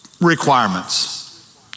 requirements